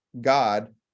God